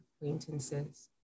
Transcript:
acquaintances